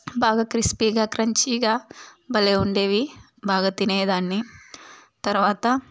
బాగా క్రిస్పీగా క్రంచిగా భలే ఉండేవి బాగా తినేదాన్ని తర్వాత